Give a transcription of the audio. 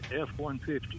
f-150